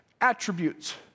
attributes